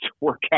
workout